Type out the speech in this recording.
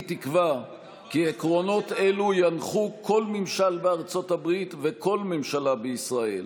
אני תקווה כי עקרונות אלו ינחו כל ממשל בארצות הברית וכל ממשלה בישראל,